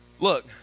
Look